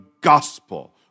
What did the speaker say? gospel